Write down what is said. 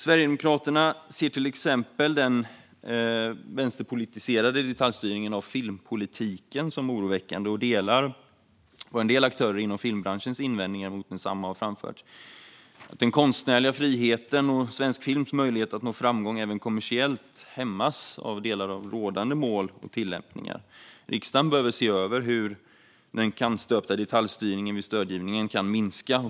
Sverigedemokraterna ser till exempel den vänsterpolitiserade detaljstyrningen av filmpolitiken som oroväckande och delar de invändningar som en del aktörer inom filmbranschen har framfört mot densamma. Den konstnärliga friheten och svensk films möjlighet att nå framgång även kommersiellt hämmas av delar av rådande mål och tillämpningar. Riksdagen behöver se över hur den kannstöpta detaljstyrningen vid stödgivningen kan minska.